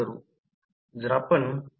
7 ampere आहे